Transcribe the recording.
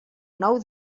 nou